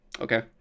okay